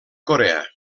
corea